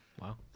Wow